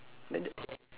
then the eh eh